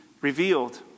revealed